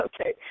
Okay